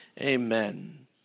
Amen